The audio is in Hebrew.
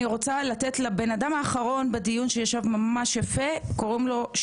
זכות הדיון האחרונה בדיון לאדם שישב בשקט ממש יפה לאורך כל הדיון,